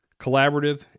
collaborative